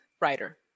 writer